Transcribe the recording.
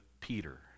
Peter